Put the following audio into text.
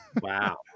Wow